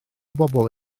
bobol